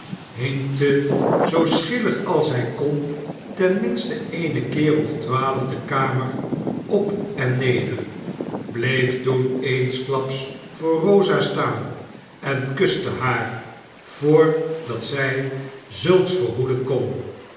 hinkte zoo schielijk als hij kon ten minste eene keer of twaalf de kamer op en neder bleef toen eensklaps voor rosa staan en kuste haar vr dat zij zulks verhoeden kon